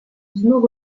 түзмөк